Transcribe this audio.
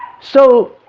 so